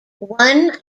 one